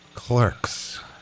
Clerks